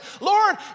Lord